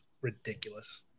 ridiculous